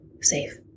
safe